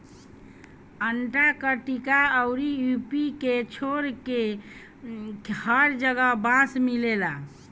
Antarctica अउरी Europe के छोड़के हर जगह बांस मिलेला